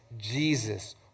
Jesus